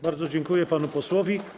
Bardzo dziękuję panu posłowi.